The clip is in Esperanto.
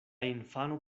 infano